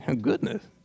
goodness